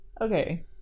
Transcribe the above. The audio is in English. okay